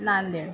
Nanded